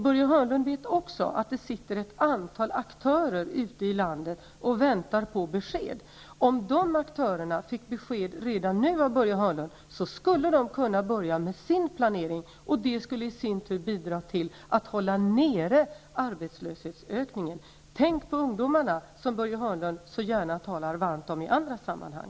Börje Hörnlund vet också att det sitter ett antal aktörer ute i landet och väntar på besked. Om dessa aktörer finge besked redan nu av Börje Hörnlund, skulle de kunna påbörja sin planering, vilket i sin tur skulle bidra till att hålla nere arbetslöshetsökningen. Tänk på ungdomarn, som Börje Hörnlund gärna talar så varmt om i andra sammanhang.